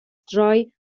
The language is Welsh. droi